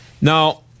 Now